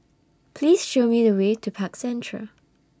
Please Show Me The Way to Park Central